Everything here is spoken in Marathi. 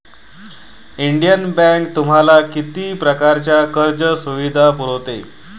इंडियन बँक तुम्हाला किती प्रकारच्या कर्ज सुविधा पुरवते?